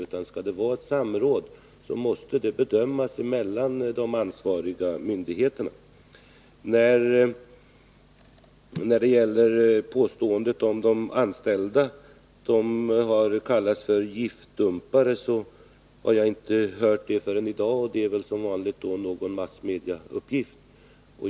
Huruvida det skall vara ett samråd måste bedömas av de ansvariga myndigheterna. Påståendet om att de anställda har kallats giftdumpare har jag inte hört förrän i dag — det är väl som vanligt en massmedieuppgift.